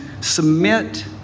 submit